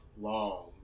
long